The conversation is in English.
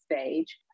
stage